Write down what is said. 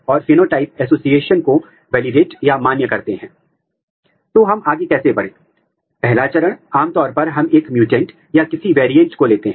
या तो आप संपूर्ण इन सीटू शंकरण कर सकते हैं अथवा आप इससे एक भाग के ऊपर भी कर सकते हैं